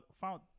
found